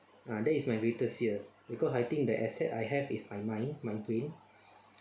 ah that is my greatest fear because I think that asset I have is my mind my brain